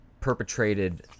perpetrated